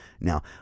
Now